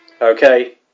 Okay